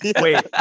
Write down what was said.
wait